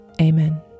Amen